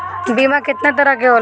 बीमा केतना तरह के होला?